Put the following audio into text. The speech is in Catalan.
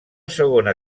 segona